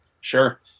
Sure